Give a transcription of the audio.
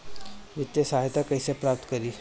वित्तीय सहायता कइसे प्राप्त करी?